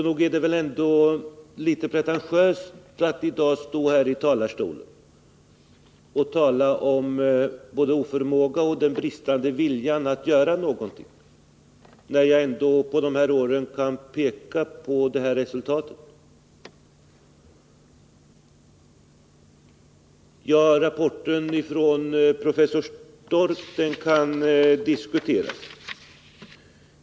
Det är alltså litet pretentiöst att stå i denna talarstol och tala om både oförmåga och bristande vilja att göra någonting, när jag kan peka på detta resultat efter dessa år. Rapporten från professor Stork kan diskuteras.